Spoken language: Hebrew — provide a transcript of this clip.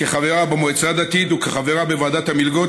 כחברה במועצה הדתית וכחברה בוועדת המלגות